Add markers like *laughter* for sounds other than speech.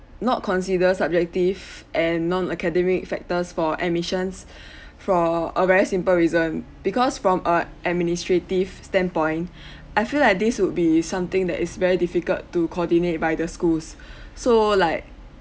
not consider subjective and non academic factors for admissions for a very simple reason because from err administrative standpoint *breath* I feel like this would be something that is very difficult to coordinate by the schools so like